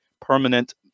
permanent